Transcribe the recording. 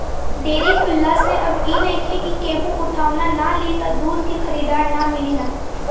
dairy खुलला से अब इ नइखे कि केहू उठवाना ना लि त दूध के खरीदार ना मिली हन